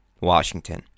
Washington